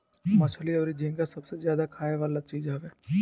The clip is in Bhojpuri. मछली अउरी झींगा सबसे ज्यादा खाए वाला चीज हवे